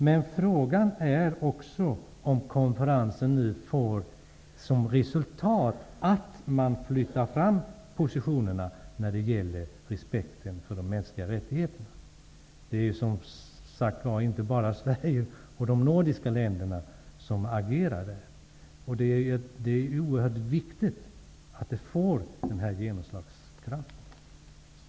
Men frågan är också om konferensen får som resultat att man flyttar fram positionerna när det gäller respekten för de mänskliga rättigheterna. Det var ju som sagt inte bara de nordiska länderna som agerade. Det är oerhört viktigt att det får genomslagskraft.